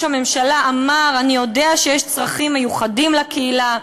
הממשלה אמר: אני יודע שיש צרכים מיוחדים לקהילה,